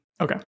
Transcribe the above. Okay